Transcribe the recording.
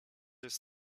jest